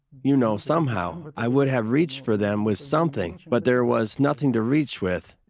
you know, somehow i would have reached for them with something, but there was nothing to reach with.